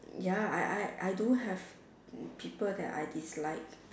ya I I I do have people that I dislike